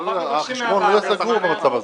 --- החשבון יהיה סגור במצב הזה.